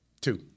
Two